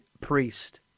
priest